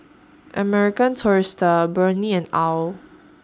American Tourister Burnie and OWL